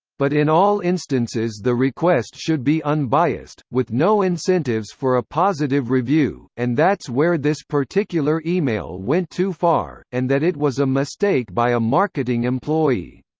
but in all instances the request should be unbiased, with no incentives for a positive review, and that's where this particular e-mail went too far, and that it was a mistake by a marketing employee.